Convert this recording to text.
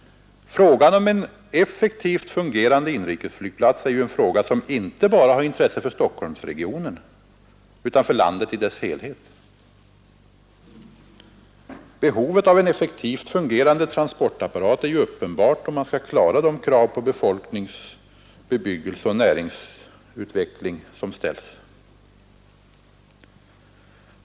Frågan om en effektivt fungerande inrikesflygplats har inte bara intresse för Stockholmsregionen utan för landet i dess helhet. Behovet av en effektivt fungerande transportapparat är uppenbart om man skall klara de krav på befolknings-, bebyggelseoch näringsutveckling som ställs.